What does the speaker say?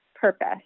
purpose